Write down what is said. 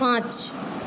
পাঁচ